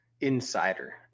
insider